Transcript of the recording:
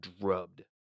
drubbed